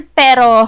pero